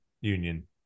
Union